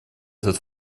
этот